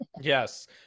Yes